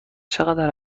چقدر